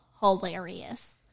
hilarious